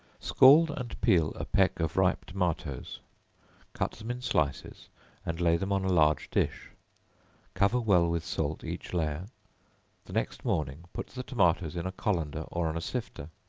scald and peel a peck of ripe tomatoes cut them in slices and lay them on a large dish cover well with salt each layer the next morning put the tomatoes in a colander or on a sifter,